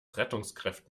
rettungskräften